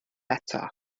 eto